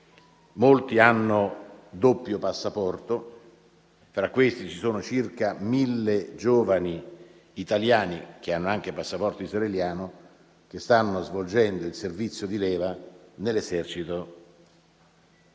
quali hanno il doppio passaporto; fra questi ci sono circa 1.000 giovani italiani che hanno anche passaporto israeliano, che stanno svolgendo il servizio di leva nell'esercito israeliano.